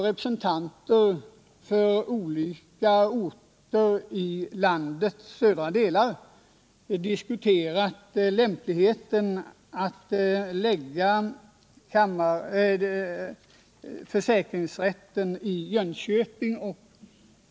Representanter för olika orter i landets södra delar har diskuterat lämpligheten av en försäkringsrätt i Jönköping.